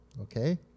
okay